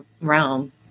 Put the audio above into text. realm